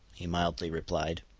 he mildly replied.